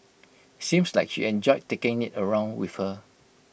seems like she enjoyed taking IT around with her